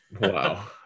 wow